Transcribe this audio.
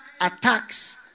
attacks